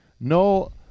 No